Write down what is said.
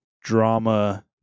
drama